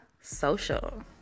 Social